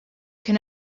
can